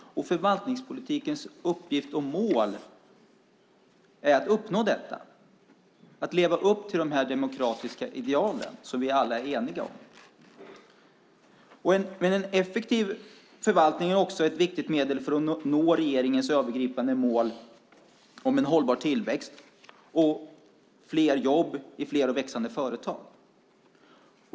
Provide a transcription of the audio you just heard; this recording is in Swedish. Förvaltningspolitikens uppgift och mål är att uppnå detta och leva upp till de demokratiska ideal vi alla är eniga om. En effektiv förvaltning är dock ett viktigt medel för att nå regeringens övergripande mål om en hållbar tillväxt och fler jobb i fler och växande företag.